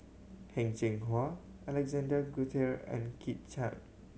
Heng Cheng Hwa Alexander Guthrie and Kit Chan